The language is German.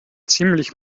ziemlich